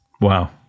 Wow